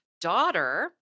daughter